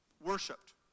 worshipped